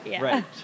Right